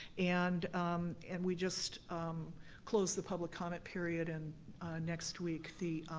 and and we just closed the public comment period and next week the